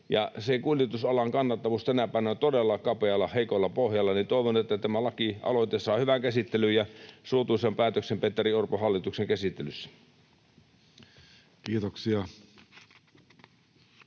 kuljetusalan kannattavuus on tänä päivänä todella kapealla, heikolla pohjalla, niin toivon, että tämä lakialoite saa hyvän käsittelyn ja suotuisan päätöksen Petteri Orpon hallituksen käsittelyssä.